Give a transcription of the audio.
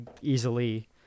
easily